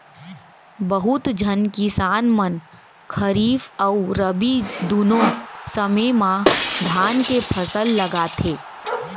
बहुत झन किसान मन खरीफ अउ रबी दुनों समे म धान के फसल लगाथें